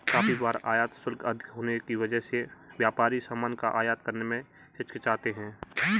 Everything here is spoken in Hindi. काफी बार आयात शुल्क अधिक होने की वजह से व्यापारी सामान का आयात करने में हिचकिचाते हैं